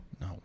No